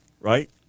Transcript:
Right